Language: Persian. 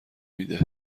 میده